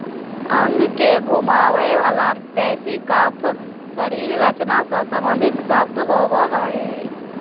अंग के घुमावे वला पेशी कफ शरीर रचना से सम्बंधित शब्द होबो हइ